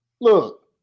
Look